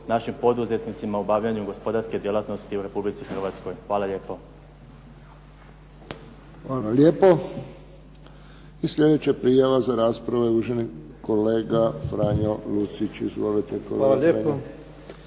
našim poduzetnicima u obavljanju gospodarske djelatnosti u Republici Hrvatskoj. Hvala lijepo. **Friščić, Josip (HSS)** Hvala lijepo. I sljedeća prijava za raspravu je uvaženi kolega Franjo Lucić. Izvolite kolega.